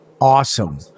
awesome